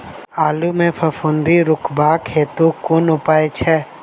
आलु मे फफूंदी रुकबाक हेतु कुन उपाय छै?